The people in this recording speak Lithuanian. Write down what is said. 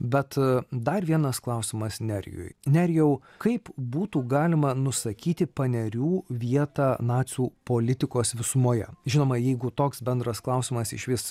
bet dar vienas klausimas nerijui nerijau kaip būtų galima nusakyti panerių vietą nacių politikos visumoje žinoma jeigu toks bendras klausimas išvis